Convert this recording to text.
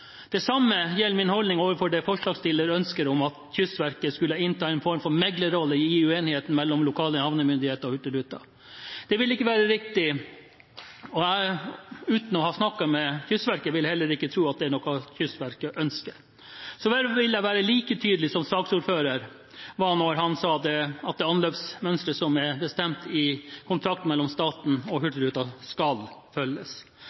Det samme gjelder min holdning til forslagsstillerens ønske om at Kystverket skulle innta en form for meglerrolle i uenigheten mellom lokale havnemyndigheter og Hurtigruten. Det ville ikke være riktig, og jeg – uten å ha snakket med Kystverket – vil heller ikke tro at det er noe Kystverket ønsker. Så vil jeg være like tydelig som saksordføreren var da han sa at det anløpsmønsteret som er bestemt i kontrakten mellom staten og Hurtigruten, skal følges.